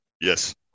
Yes